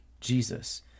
Jesus